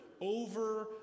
over